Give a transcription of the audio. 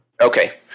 Okay